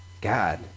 God